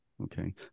Okay